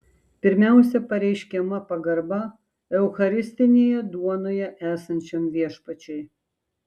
pirmiausia pareiškiama pagarba eucharistinėje duonoje esančiam viešpačiui